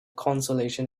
consolation